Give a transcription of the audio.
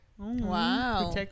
wow